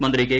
മന്ത്രി കെ